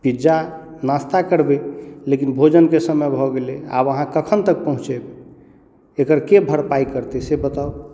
pizza नास्ता करबै लेकिन भोजनके समय भऽ गेलै आब अहाँ कखन तक पहुचेबै एकरके भरपाइ करतै से बताउ